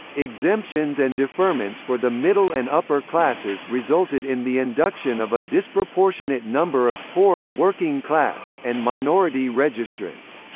exemptions and deferments for the middle and upper classes resulted in the induction of a disproportionate number of poor, working-class, and minority registrants.